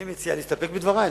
אני מציע להסתפק בדברי.